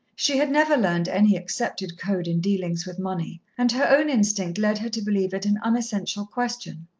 she had never learnt any accepted code in dealings with money, and her own instinct led her to believe it an unessential question.